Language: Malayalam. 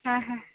ആ ഹാ